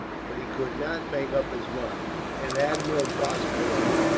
but he could not make up his mind, and admiral boscawen,